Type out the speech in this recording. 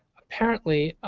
apparently,